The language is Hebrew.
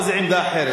פה זה עמדה אחרת.